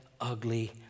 ugly